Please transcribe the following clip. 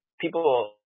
people